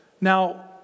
Now